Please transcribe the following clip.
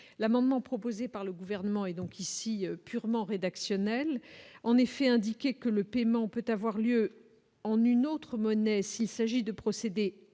l'amendement proposé par le gouvernement et donc ici purement rédactionnel, en effet, indiqué que le paiement peut avoir lieu en une autre monnaie, s'il s'agit de procéder